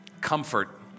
Comfort